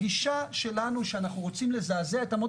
הגישה שלנו שאנחנו רוצים לזעזע את אמות